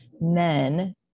men